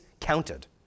counted